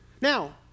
Now